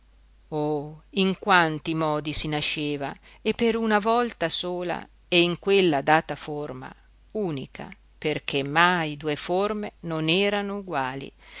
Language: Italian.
oh in quanti modi si nasceva e per una volta sola e in quella data forma unica perché mai due forme non erano uguali